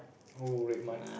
oh RedMart